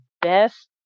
best